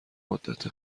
مدت